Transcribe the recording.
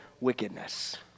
wickedness